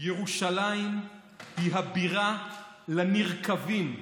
ירושלים היא הבירה לנרקבים.